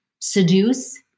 seduce